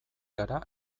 gara